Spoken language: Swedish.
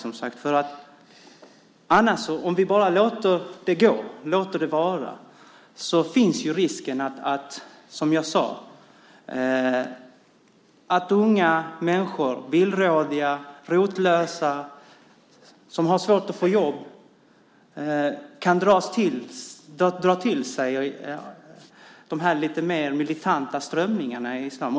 Om vi bara låter det gå, låter det vara, finns risken, som jag sagt, att unga människor - villrådiga och rotlösa som har svårt att få jobb - dras till de lite mer militanta strömningarna i islam.